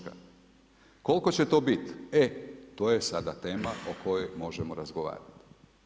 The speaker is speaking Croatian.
Koliko će to biti, e to je sada tema o kojoj možemo razgovarati.